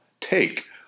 take